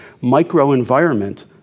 micro-environment